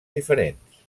diferents